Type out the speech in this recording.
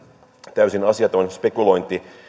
täysin asiaton spekulointi